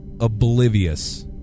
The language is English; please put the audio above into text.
oblivious